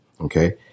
okay